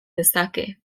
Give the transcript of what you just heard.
dezake